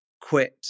quit